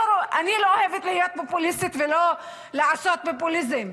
אני לא אוהבת להיות פופוליסטית ולא לעשות פופוליזם,